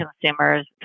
consumers